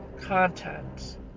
content